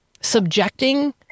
subjecting